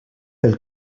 pel